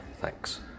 thanks